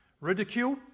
Ridicule